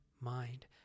mind